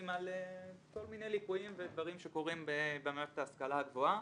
על כל מיני ליקויים ודברים שקורים במערכת ההשכלה הגבוהה.